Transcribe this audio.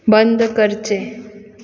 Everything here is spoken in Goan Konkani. बंद करचें